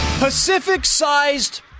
Pacific-sized